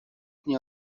nie